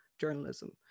journalism